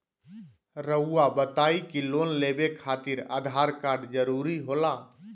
रौआ बताई की लोन लेवे खातिर आधार कार्ड जरूरी होला?